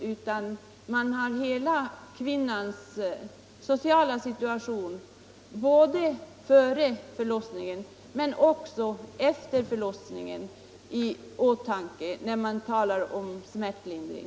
Man måste ha kvinnans hela sociala situation både före och efter förlossningen i åtanke när man talar om smärtlindring.